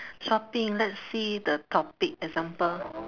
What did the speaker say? shopping let's see the topic example